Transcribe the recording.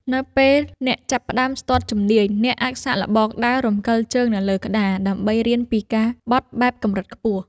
នៅពេលអ្នកចាប់ផ្ដើមស្ទាត់ជំនាញ អ្នកអាចសាកល្បងដើររំកិលជើងនៅលើក្តារ ដើម្បីរៀនពីការបត់បែបកម្រិតខ្ពស់។